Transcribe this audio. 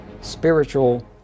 spiritual